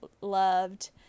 loved